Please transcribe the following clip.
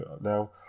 now